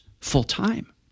full-time